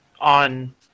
on